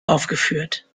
aufgeführt